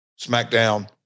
SmackDown